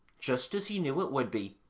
just as he knew it would be,